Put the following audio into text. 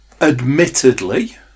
Admittedly